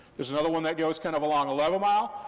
there's another one that goes kind of along the level mile,